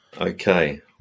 Okay